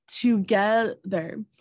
together